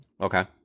Okay